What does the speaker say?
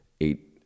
eight